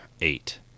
eight